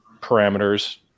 parameters